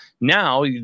now